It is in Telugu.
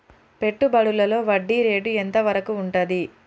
పెట్టుబడులలో వడ్డీ రేటు ఎంత వరకు ఉంటది?